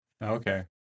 Okay